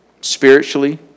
spiritually